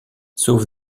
sauf